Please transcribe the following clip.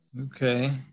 Okay